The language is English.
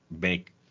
make